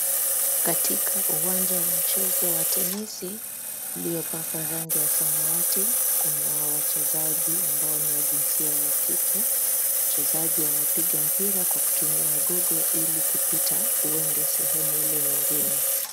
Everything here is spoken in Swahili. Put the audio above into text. Katika uwanja wa mchezo wa tenisi, uliopakwa rangi ya samawati. Kuna wachezaji ambao ni wa jinsia ya kike. Mchezaji anapiga mpira kwa kutumia gogo ili kupita uende sehemu ile nyingine.